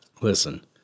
Listen